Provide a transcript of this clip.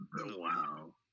wow